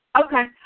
okay